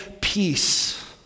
peace